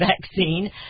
vaccine